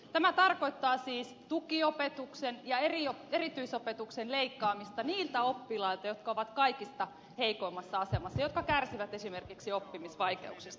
tämä tarkoittaa siis tukiopetuksen ja erityisopetuksen leikkaamista niiltä oppilailta jotka ovat kaikista heikoimmassa asemassa jotka kärsivät esimerkiksi oppimisvaikeuksista